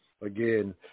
again